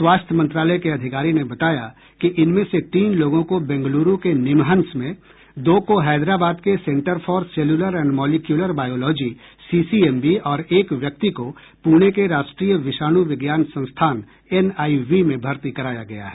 स्वास्थ्य मंत्रालय के अधिकारी ने बताया कि इनमें से तीन लोगों को बेंगलुरु के निमहंस में दो को हैदराबाद के centre for cellular and molecular biology CCMB और एक व्यक्ति को पुणे के राष्ट्रीय विषाणु विज्ञान संस्थान एनआईवी में भर्ती कराया गया है